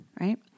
right